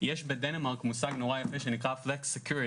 יש בדנמרק מושג יפה שנקרא Flexicurity